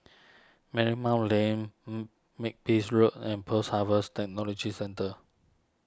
Marymount Lane Makepeace Road and Post Harvest Technology Centre